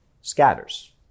scatters